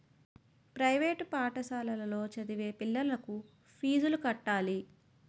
private పాఠశాలలో చదివే పిల్లలకు ఫీజులు కట్టాలి